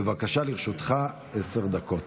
בבקשה, לרשותך עשר דקות.